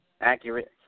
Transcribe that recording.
accurate